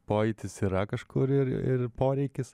pojūtis yra kažkur ir ir poreikis